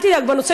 אל תדאג,